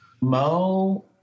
Mo